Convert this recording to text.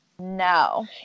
No